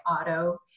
auto